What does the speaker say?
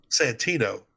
Santino